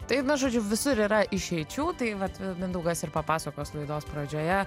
tai na žodžiu visur yra išeičių tai vat mindaugas ir papasakos laidos pradžioje